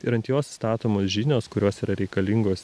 ir ant jos statomos žinios kurios yra reikalingos